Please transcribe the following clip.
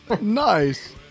Nice